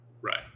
Right